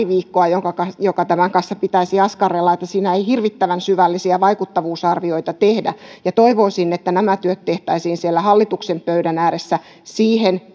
viikkoa tämän kanssa askarrella että siinä ei hirvittävän syvällisiä vaikuttavuusarvioita tehdä toivoisin että nämä työt tehtäisiin siellä hallituksen pöydän ääressä siihen